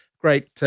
great